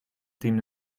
tien